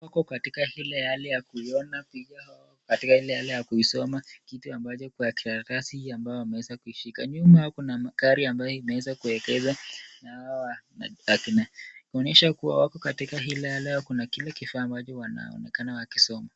Wako katika ile hali ya kuiona picha au wako katika ile hali ya kuisoma kitu ambacho kiko kwa karatasi ambayo wameweza kuishika. Nyuma yao kuna magari ambayo yameweza kuegezwa na hawa kuonyesha kuwa wako katika ile hali ya kuna kile kifaa ambacho wanaonekana wakisoma.